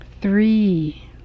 Three